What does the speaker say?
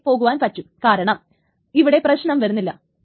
അവക്ക് പറ്റും കാരണം ഇവിടെ പ്രശ്നം വരുന്നില്ല